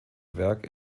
werk